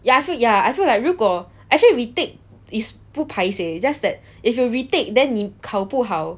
ya ya I feel like 如果 actually retake is 不 paiseh just that if you retake then 你考不好